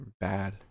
bad